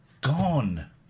Gone